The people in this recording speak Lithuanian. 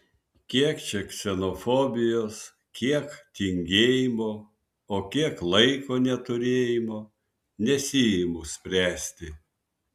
kiek čia ksenofobijos kiek tingėjimo o kiek laiko neturėjimo nesiimu spręsti